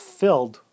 filled